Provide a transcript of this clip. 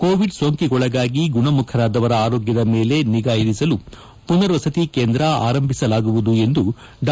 Covid ಸೋಂಕಿಗೊಳಗಾಗಿ ಗುಣಮುಖರಾದವರ ಆರೋಗ್ಯದ ಮೇಲೆ ನಿಗಾ ಇರಿಸಲು ಪುನರ್ವಸತಿ ಕೇಂದ್ರ ಆರಂಭಿಸಲಾಗುವುದು ಎಂದು ಡಾ